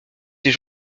gens